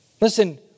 listen